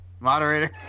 Moderator